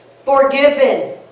forgiven